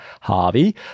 Harvey